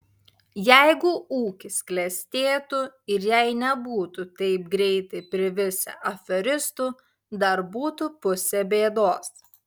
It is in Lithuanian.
jeigu ūkis klestėtų ir jei nebūtų taip greitai privisę aferistų dar būtų pusė bėdos